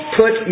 put